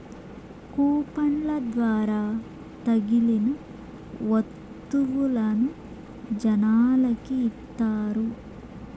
కూపన్ల ద్వారా తగిలిన వత్తువులను జనాలకి ఇత్తారు